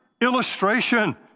illustration